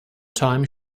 time